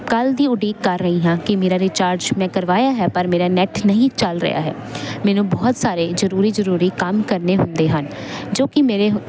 ਕੱਲ੍ਹ ਦੀ ਉਡੀਕ ਕਰ ਰਹੀ ਹਾਂ ਕਿ ਮੇਰਾ ਰੀਚਾਰਜ ਮੈਂ ਕਰਵਾਇਆ ਹੈ ਪਰ ਮੇਰਾ ਨੈਟ ਨਹੀਂ ਚੱਲ ਰਿਹਾ ਹੈ ਮੈਨੂੰ ਬਹੁਤ ਸਾਰੇ ਜ਼ਰੂਰੀ ਜ਼ਰੂਰੀ ਕੰਮ ਕਰਨੇ ਹੁੰਦੇ ਹਨ ਜੋ ਕਿ ਮੇਰੇ